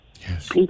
Yes